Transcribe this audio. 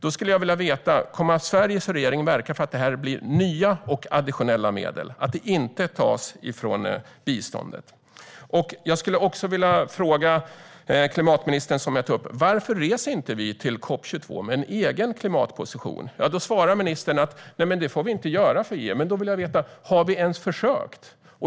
Jag skulle vilja veta om Sveriges regering kommer att verka för att det här blir nya och additionella medel, att det inte tas från biståndet. Jag skulle också vilja fråga klimatministern varför vi inte reser till COP 22 med en egen klimatposition. Ministern svarar att vi inte får göra det för EU, men jag vill veta: Har vi ens försökt?